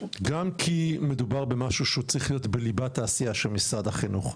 גם כי מדובר במשהו שהוא צריך להיות בליבת העשייה של משרד החינוך,